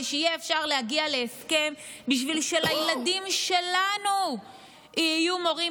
שיהיה אפשר להגיע להסכם בשביל שלילדים שלנו יהיו מורים